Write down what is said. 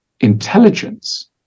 intelligence